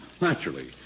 Naturally